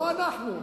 לא אנחנו.